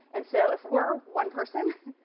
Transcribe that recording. and so if we're one person,